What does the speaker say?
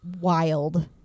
wild